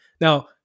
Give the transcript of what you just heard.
Now